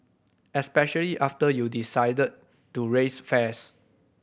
especially after you decided to raise fares